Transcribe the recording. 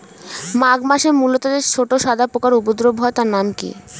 মাঘ মাসে মূলোতে যে ছোট সাদা পোকার উপদ্রব হয় তার নাম কি?